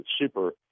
super